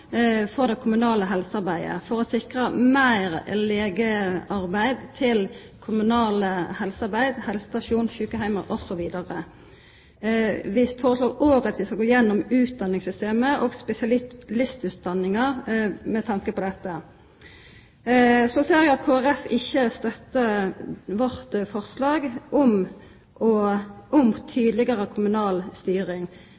for det kommunale helsearbeidet, for å sikra meir legearbeid til det kommunale helsearbeidet, helsestasjonar, sjukeheimar osb. Vi foreslår òg at vi skal gå igjennom utdanningssystemet og spesialistutdanninga med tanke på dette. Så ser eg at Kristeleg Folkeparti ikkje støttar vårt forslag om